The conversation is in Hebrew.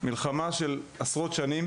זו מלחמה של עשרות שנים